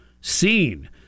seen